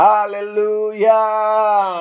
Hallelujah